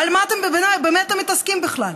במה אתם מתעסקים בכלל?